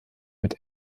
mit